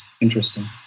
interesting